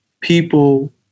people